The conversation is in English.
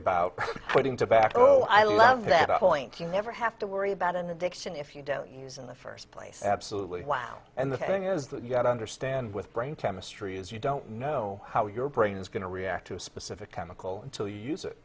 about getting tobacco i love that i point you never have to worry about an addiction if you don't use in the first place absolutely wow and the thing is that you've got to understand with brain chemistry is you don't know how your brain is going to react to a specific chemical till you use it